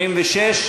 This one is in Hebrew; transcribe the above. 86?